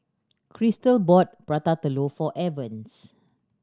Cristal bought Prata Telur for Evans